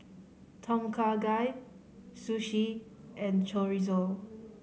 Tom Kha Gai Sushi and Chorizo